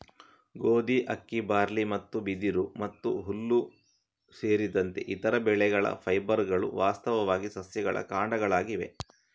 ಗೋಧಿ, ಅಕ್ಕಿ, ಬಾರ್ಲಿ ಮತ್ತು ಬಿದಿರು ಮತ್ತು ಹುಲ್ಲು ಸೇರಿದಂತೆ ಇತರ ಬೆಳೆಗಳ ಫೈಬರ್ಗಳು ವಾಸ್ತವವಾಗಿ ಸಸ್ಯಗಳ ಕಾಂಡಗಳಾಗಿವೆ